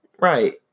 Right